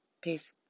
Peace